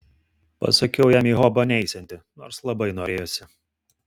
pasakiau jam į hobą neisianti nors labai norėjosi